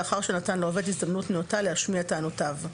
לאחר שנתן לעובד הזדמנות נאותה להשמיע טענותיו".